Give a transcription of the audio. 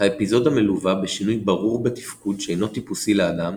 האפיזודה מלווה בשינוי ברור בתפקוד שאינו טיפוסי לאדם